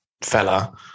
fella